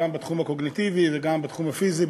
גם בתחום הקוגניטיבי וגם בתחום הפיזי.